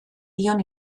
dion